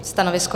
Stanovisko?